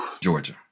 Georgia